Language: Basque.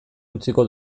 utziko